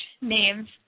names